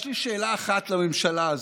יש לי שאלה אחת לממשלה הזו: